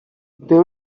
they